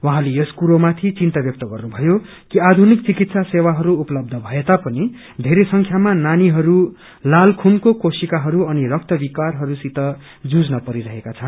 उहाँले यस कुरोमाथि चिनता व्यक्त गर्नुभयो कि आधुनिक चिकित सेवाहरू उपलबध भएतापिन बेरै संख्यामा नानीहरूले लाल खूनको कोशिकाहरू अनि रक्त विकारहस्सित हुझ्न परिरहेको छ